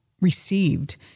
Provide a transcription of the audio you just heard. received